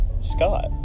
Scott